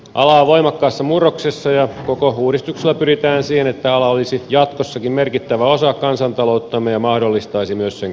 ala on voimakkaassa murroksessa ja koko uudistuksella pyritään siihen että ala olisi jatkossakin merkittävä osa kansantalouttamme ja mahdollistettaisiin myös sen kasvu